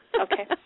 Okay